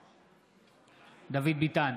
נגד דוד ביטן,